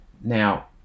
Now